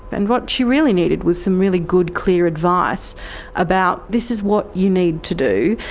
and what she really needed was some really good, clear advice about this is what you need to do,